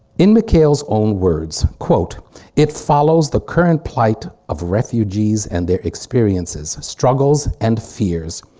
in mckayle's own words quote it follows the current plight of refugees and their experiences struggles and fears.